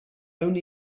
could